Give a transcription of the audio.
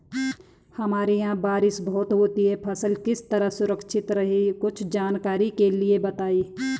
हमारे यहाँ बारिश बहुत होती है फसल किस तरह सुरक्षित रहे कुछ जानकारी के लिए बताएँ?